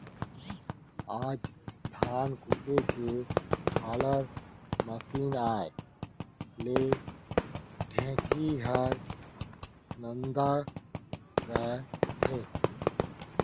आज धान कूटे के हालर मसीन आए ले ढेंकी ह नंदा गए हे